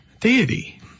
Deity